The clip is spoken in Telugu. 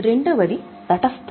రెండవది తటస్థత